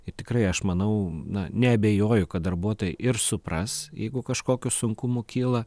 ir tikrai aš manau na neabejoju kad darbuotojai ir supras jeigu kažkokių sunkumų kyla